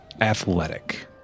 athletic